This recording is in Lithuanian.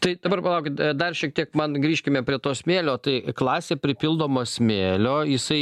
tai dabar palaukit dar šiek tiek man grįžkime prie to smėlio tai klasė pripildoma smėlio jisai